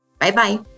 Bye-bye